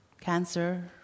cancer